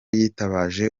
yitabaje